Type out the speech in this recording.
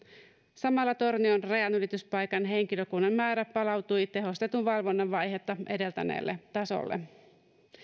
samalla tornion rajanylityspaikan henkilökunnan määrä palautui tehostetun valvonnan vaihetta edeltäneelle tasolle